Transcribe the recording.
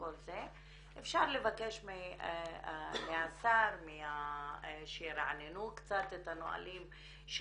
אפשר לבקש מהשר שירעננו קצת את הנהלים,